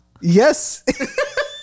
Yes